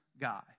guy